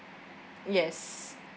yes